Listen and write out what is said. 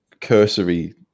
cursory